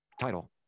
Title